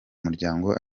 muryango